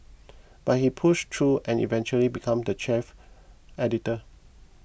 but he pushed through and eventually became the chief editor